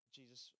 Jesus